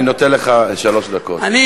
אני,